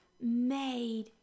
made